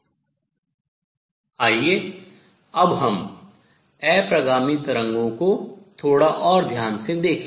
आइए अब हम अप्रगामी तरंगों को थोड़ा और ध्यान से देखें